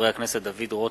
של חברי הכנסת דוד רותם,